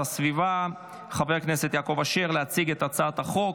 הסביבה חבר הכנסת יעקב אשר להציג את הצעת החוק.